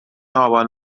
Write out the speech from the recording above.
آبان